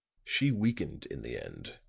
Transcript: she weakened in the end.